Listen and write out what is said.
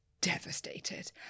devastated